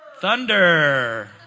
Thunder